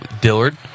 Dillard